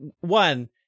One